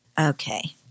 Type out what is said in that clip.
Okay